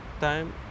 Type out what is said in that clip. time